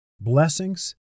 blessings